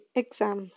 exam